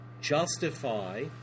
justify